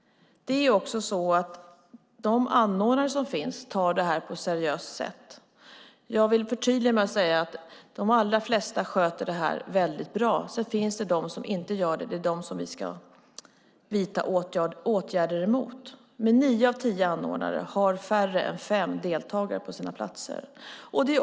De anordnare som finns tar detta på ett seriöst sätt. Jag vill förtydliga med att säga att de allra flesta sköter det här väldigt bra. Sedan finns det de som inte gör det, och det är dem vi ska vidta åtgärder emot. Men nio av tio anordnare har färre än fem deltagare på sina platser.